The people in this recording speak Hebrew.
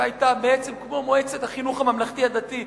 שהיתה בעצם כמו מועצת החינוך הממלכתי-הדתי,